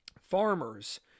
Farmers